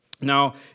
Now